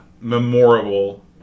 memorable